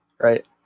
right